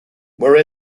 were